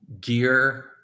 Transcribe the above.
gear